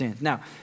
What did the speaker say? Now